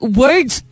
words